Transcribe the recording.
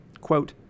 Quote